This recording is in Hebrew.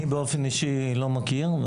אני באופן אישי לא מכיר.